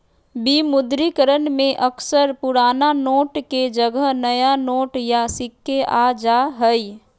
विमुद्रीकरण में अक्सर पुराना नोट के जगह नया नोट या सिक्के आ जा हइ